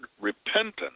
repentance